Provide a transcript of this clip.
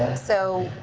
so,